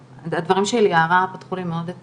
הדברים של יערה פתחו לי מאוד את